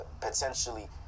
potentially